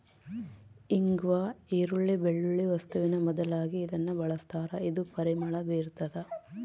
ಇಂಗ್ವಾ ಈರುಳ್ಳಿ, ಬೆಳ್ಳುಳ್ಳಿ ವಸ್ತುವಿನ ಬದಲಾಗಿ ಇದನ್ನ ಬಳಸ್ತಾರ ಇದು ಪರಿಮಳ ಬೀರ್ತಾದ